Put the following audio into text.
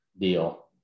deal